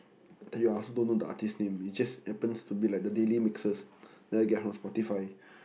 !aiyo! I also don't know the artiste name it just happens to be like the daily mixes that I get from Spotify